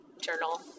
journal